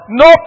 no